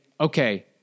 okay